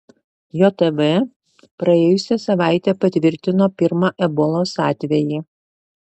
jav praėjusią savaitę patvirtino pirmą ebolos atvejį